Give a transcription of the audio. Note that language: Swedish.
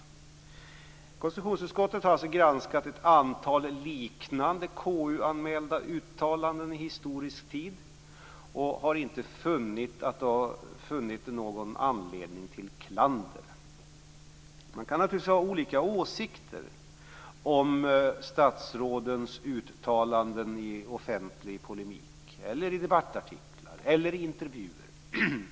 Konstitutionsutskottet har granskat ett antal liknande KU-anmälda uttalanden i historisk tid och har inte funnit någon anledning till klander. Man kan naturligtvis ha olika åsikter om statsrådens uttalanden i offentlig polemik, eller i debattartiklar eller i intervjuer.